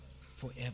forever